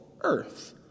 earth